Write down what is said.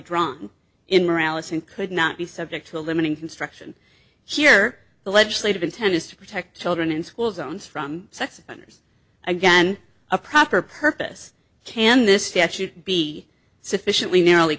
drawn in morality and could not be subject to a limiting construction here the legislative intent is to protect children in school zones from sex offenders again a proper purpose can this statute be sufficiently nar